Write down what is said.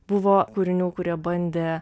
buvo kūrinių kurie bandė